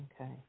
Okay